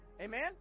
Amen